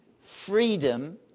freedom